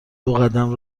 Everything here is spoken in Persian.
دوقدم